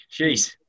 Jeez